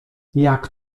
jak